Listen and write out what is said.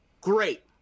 great